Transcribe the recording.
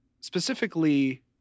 Specifically